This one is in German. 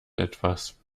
etwas